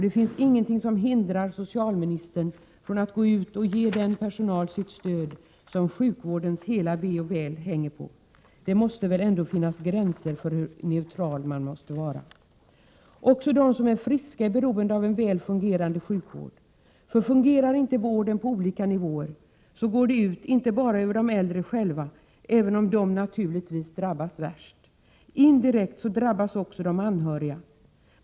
Det finns inget som hindrar socialministern från att gå ut och ge den personal sitt stöd som sjukvårdens hela ve och väl hänger på. Det måste väl ändå finnas gränser för hur neutral man skall vara. Också de som är friska är beroende av en väl fungerande sjukvård, för fungerar inte vården på olika nivåer går det inte bara ut över de äldre själva, även om de naturligtvis drabbas värst. Indirekt drabbas också de anhöriga.